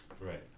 Right